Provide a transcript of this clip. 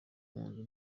nzu